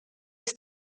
ist